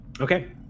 Okay